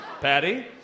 Patty